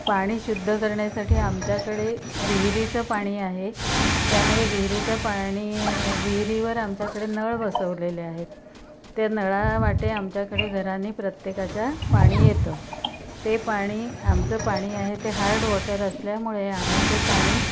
पाणी शुद्ध करण्यासाठी आमच्याकडे विहिरीचं पाणी आहे त्यामुळे विहिरीच्या पाणी विहिरीवर आमच्याकडे नळ बसवलेले आहेत त्या नळावाटे आमच्याकडे घरांनी प्रत्येकाच्या पाणी येतं ते पाणी आमचं पाणी आहे ते हार्ड वॉटर असल्यामुळे आम्ही ते पाणी